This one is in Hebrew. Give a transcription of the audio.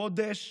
חודש